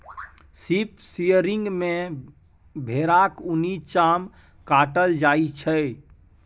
sheep shearing मे भेराक उनी चाम काटल जाइ छै